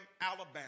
Alabama